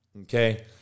Okay